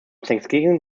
thanksgiving